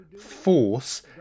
force